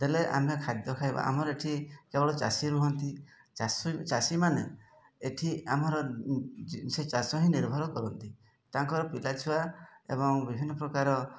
ହେଲେ ଆମେ ଖାଦ୍ୟ ଖାଇବା ଆମର ଏଠି କେବଳ ଚାଷୀ ରୁହନ୍ତି ଚାଷ ଚାଷୀମାନେ ଏଠି ଆମର ସେ ଚାଷ ହିଁ ନିର୍ଭର କରନ୍ତି ତାଙ୍କର ପିଲାଛୁଆ ଏବଂ ବିଭିନ୍ନ ପ୍ରକାର